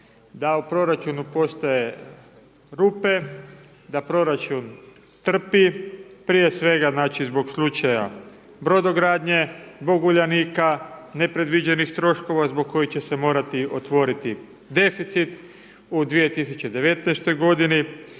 da u proračunu postoje rupe, da proračun trpi, prije svega, znači, zbog slučaja Brodogradnje, zbog Uljanika, nepredviđenih troškova zbog kojih će se morati otvoriti deficit u 2019.-toj godini.